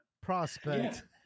prospect